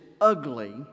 ugly